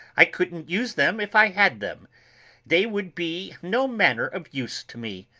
i couldn't use them if i had them they would be no manner of use to me.